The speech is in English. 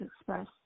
express